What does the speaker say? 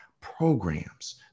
programs